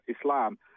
Islam